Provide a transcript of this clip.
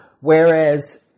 whereas